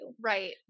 Right